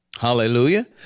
Hallelujah